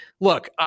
look